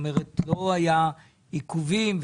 לא היו עיכובים,